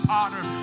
Potter